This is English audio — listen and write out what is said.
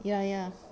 ya ya